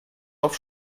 auf